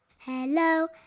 Hello